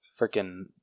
Freaking